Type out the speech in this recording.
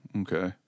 okay